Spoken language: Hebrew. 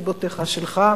מסיבותיך שלך,